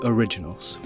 Originals